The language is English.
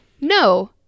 No